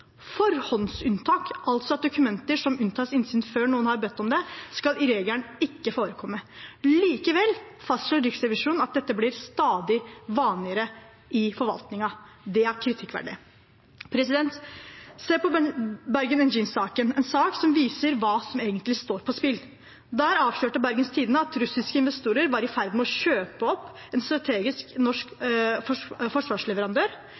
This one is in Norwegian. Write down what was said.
Forhåndsunntak, altså at dokumenter unntas innsyn før noen har bedt om det, skal i regelen ikke forekomme. Likevel fastslår Riksrevisjonen at dette blir stadig vanligere i forvaltningen. Det er kritikkverdig. Se på Bergen Engines-saken, en sak som viser hva som egentlig står på spill. Der avslørte Bergens Tidende at russiske investorer var i ferd med å kjøpe opp en strategisk norsk forsvarsleverandør.